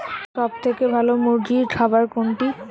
সবথেকে ভালো মুরগির খাবার কোনটি?